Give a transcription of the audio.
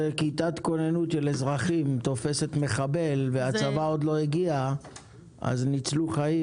כשכיתת כוננות של אזרחים תופסת מחבל והצבא עוד לא הגיע אז ניצלו חיים.